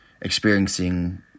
experiencing